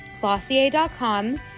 Glossier.com